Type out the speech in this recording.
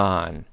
on